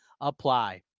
apply